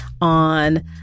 on